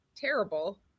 terrible